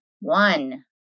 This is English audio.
one